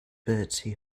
bertie